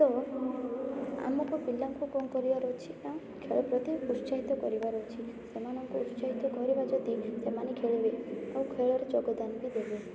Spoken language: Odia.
ଓ ଆମକୁ ପିଲାଙ୍କୁ କ'ଣ କରିବାର ଅଛି ନା ଖେଳ ପ୍ରତି ଉତ୍ସାହିତ କରିବାର ଅଛି ସେମାନଙ୍କୁ ଉତ୍ସାହିତ କରିବା ଯଦି ସେମାନେ ଖେଳିବେ ଓ ଖେଳରେ ଯୋଗଦାନ ବି ଦେବେ